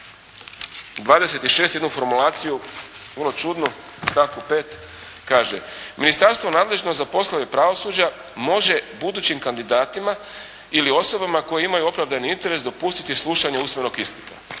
se ne razumije./ … čudnu u stavku 5. kaže: «Ministarstvo nadležno za poslove pravosuđa može budućim kandidatima ili osobama koje imaju opravdani interes dopustiti slušanje usmenog ispita».